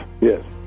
Yes